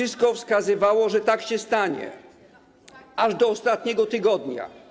Wszystko wskazywało, że tak się stanie, aż do ostatniego tygodnia.